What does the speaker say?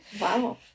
Wow